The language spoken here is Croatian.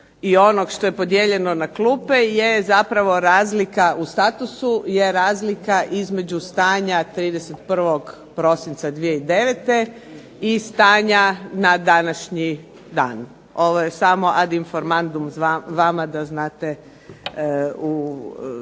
i onog što je podijeljeno na klupe je zapravo razlika u statusu, je razlika između stanja 31. prosinca 2009. i stanja na današnji dan. Ovo je samo ad informandum vama da znate u